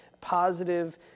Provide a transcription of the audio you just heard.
positive